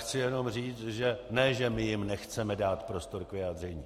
Chci jenom říct, že ne že my jim nechceme dát prostor k vyjádření.